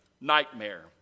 nightmare